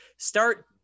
Start